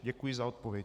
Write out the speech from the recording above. Děkuji za odpověď.